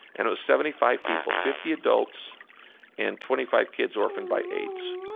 and it was seventy five people fifty adults and twenty five kids orphaned by aids.